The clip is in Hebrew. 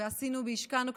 ועשינו והשקענו כספים,